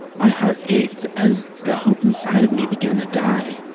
my heart ached as the hope inside of me began to die.